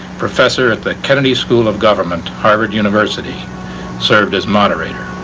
professor at the kennedy school of government, harvard university served as moderator.